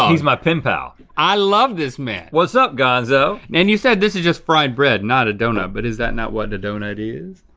he's my pen pal. i love this man. what's up, gonzo? and you said this is just fried bread, not a donut. but is that not what the donut is?